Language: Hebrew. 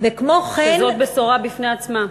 וכמו כן, שזאת בשורה בפני עצמה.